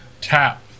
tap